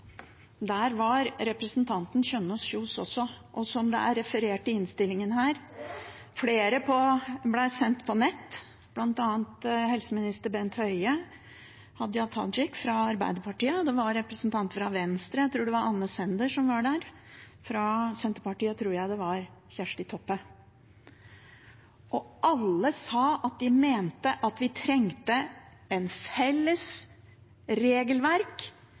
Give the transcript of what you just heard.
Der var representanten Kjønaas Kjos også. Og som det er referert til i innstillingen her: Flere ble sendt på nett, bl.a. helseminister Bent Høie, Hadia Tajik fra Arbeiderpartiet, det var en representant fra Venstre, jeg tror det var Anne Sender, som var der, og fra Senterpartiet tror jeg det var Kjersti Toppe. Alle sa at de mente at vi trengte et felles regelverk